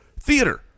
theater